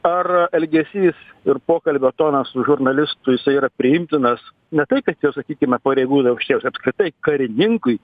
ar elgesys ir pokalbio tonas su žurnalistu jisai yra priimtinas ne tai kad jau sakykime pareigūnui aukščiausiam apskritai karininkui